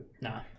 nah